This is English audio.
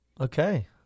Okay